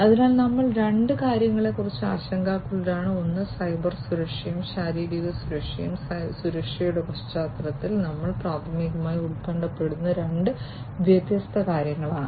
അതിനാൽ ഞങ്ങൾ രണ്ട് കാര്യങ്ങളെക്കുറിച്ച് ആശങ്കാകുലരാണ് ഒന്ന് സൈബർ സുരക്ഷയും ശാരീരിക സുരക്ഷയും സുരക്ഷയുടെ പശ്ചാത്തലത്തിൽ ഞങ്ങൾ പ്രാഥമികമായി ഉത്കണ്ഠപ്പെടുന്ന രണ്ട് വ്യത്യസ്ത കാര്യങ്ങളാണ്